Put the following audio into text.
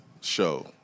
show